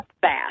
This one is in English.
fast